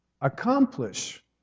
accomplish